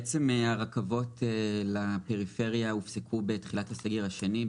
הרכבות לפריפריה הופסקו בתחילת הסגר השני,